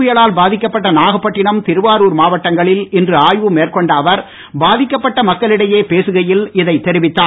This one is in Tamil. புயலால் பாதிக்கப்பட்ட நாகப்பட்டிணம் திருவாருர் கஜா மாவட்டங்களில் இன்று ஆய்வு மேற்கொண்ட அவர் பாதிக்கப்பட்ட மக்களிடையே பேசுகையில் இதை தெரிவித்தார்